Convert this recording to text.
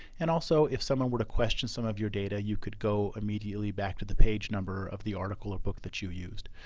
and also, if someone were to question some of your data you could go immediately back to the page number of the article or book that you used.